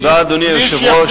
תודה, אדוני היושב-ראש.